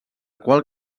qual